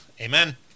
Amen